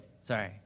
sorry